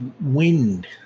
wind